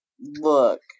look